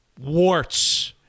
warts